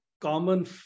common